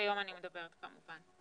אני מדברת על מעונות היום כמובן.